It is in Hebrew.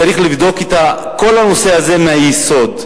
צריך לבדוק את כל הנושא הזה מהיסוד,